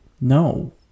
no